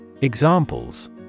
Examples